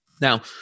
now